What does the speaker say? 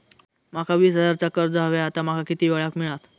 माका वीस हजार चा कर्ज हव्या ता माका किती वेळा क मिळात?